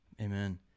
Amen